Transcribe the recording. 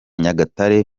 nyagatare